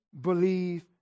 believe